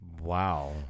Wow